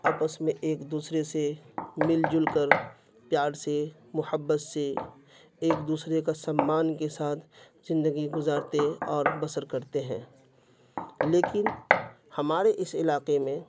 آپس میں ایک دوسرے سے مل جل کر پیار سے محبت سے ایک دوسرے کا سمان کے ساتھ زندگی گزارتے اور بسر کرتے ہیں لیکن ہمارے اس علاقے میں